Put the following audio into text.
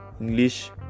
English